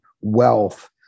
wealth